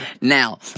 Now